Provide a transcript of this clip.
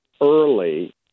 early